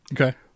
Okay